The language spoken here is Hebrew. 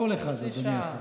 לא כל אחד, אדוני השר.